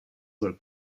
were